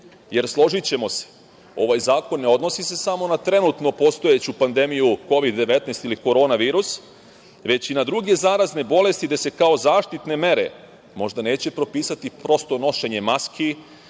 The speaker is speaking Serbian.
jer složićemo se, ovaj zakon se ne odnosi samo na trenutno postojeću pandemiju Kovid-19 ili korona virus, već i na druge zarazne bolesti gde se kao zaštitne mere možda neće propisati prosto nošenje maski,